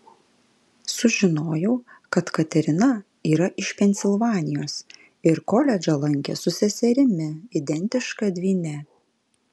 sužinojau kad katerina yra iš pensilvanijos ir koledžą lankė su seserimi identiška dvyne